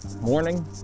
morning